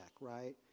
right